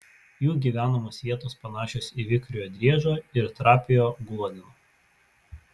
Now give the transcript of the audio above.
jų gyvenamos vietos panašios į vikriojo driežo ir trapiojo gluodeno